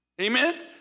Amen